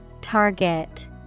Target